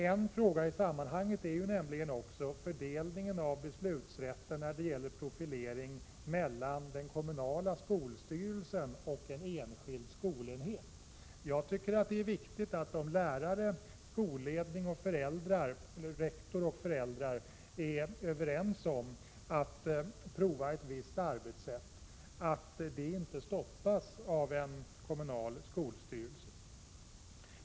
En fråga i sammanhanget är nämligen också fördelningen av beslutsrätten mellan den kommunala skolstyrelsen och en enskild skolenhet när det gäller profilering. Om lärare, rektor och föräldrar är överens om att pröva ett visst arbetssätt är det enligt min mening viktigt att detta inte stoppas av en kommunal skolstyrelse.